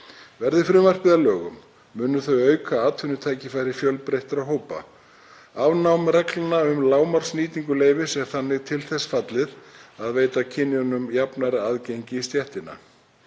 Verði frumvarpið að lögum mun það auka atvinnutækifæri fjölbreyttra hópa. Afnám reglna um lágmarksnýtingu leyfis er þannig til þess fallið að veita kynjunum jafnara aðgengi í stéttina.